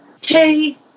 hey